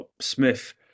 Smith